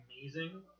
amazing